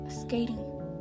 skating